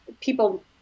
people